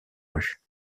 rues